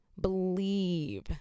Believe